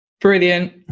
Brilliant